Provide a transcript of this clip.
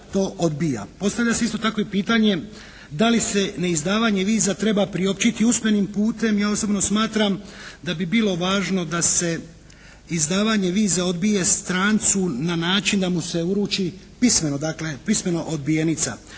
Postavlja se isto tako i pitanje da li se neizdavanje viza treba priopćiti usmenim putem. Ja osobno smatram da bi bilo važno da se izdavanje viza odbije strancu na način da mu se uruči pismeno, dakle